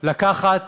לקחת